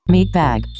Meatbag